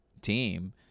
team